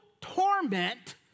torment